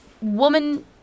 woman